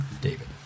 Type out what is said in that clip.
david